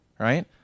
right